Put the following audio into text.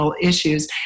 issues